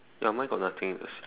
ya mine got nothing